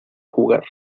jugar